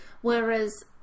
Whereas